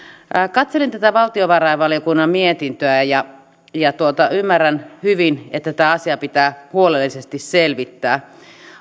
katselin tätä valtiovarainvaliokunnan mietintöä ja ja ymmärrän hyvin että tämä asia pitää huolellisesti selvittää